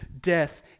death